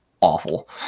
awful